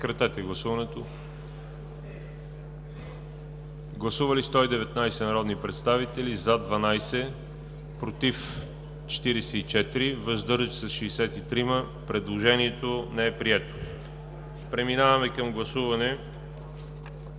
предложението. Гласували 119 народни представители: за 12, против 44, въздържали се 63. Предложението не е прието. Преминаваме към гласуване